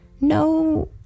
No